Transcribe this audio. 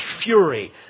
fury